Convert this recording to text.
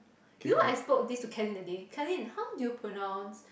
you know I spoke this to Katelyn that day Katelyn how do you pronounce